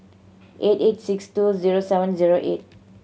eight eight six two zero seven zero eight